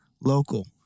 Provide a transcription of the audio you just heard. local